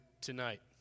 tonight